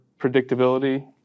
predictability